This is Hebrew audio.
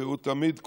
והוא תמיד קובע,